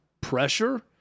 pressure